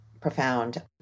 profound